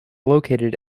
located